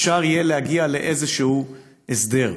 אפשר יהיה להגיע לאיזשהו הסדר.